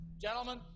Gentlemen